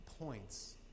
points